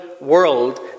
world